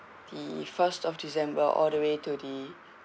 the first of december all the way to the